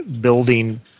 building